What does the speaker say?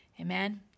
Amen